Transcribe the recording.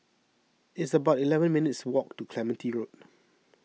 it's about eleven minutes' walk to Clementi Road